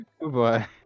Goodbye